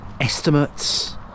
estimates